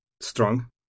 strong